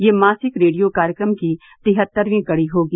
यह मासिक रेडियो कार्यक्रम की तिहत्तरवीं कड़ी होगी